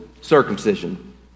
circumcision